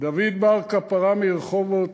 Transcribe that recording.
דוד בר קפרא מרחובות,